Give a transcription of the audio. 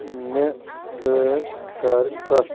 مے سۭتۍ کر کتھ